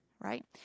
right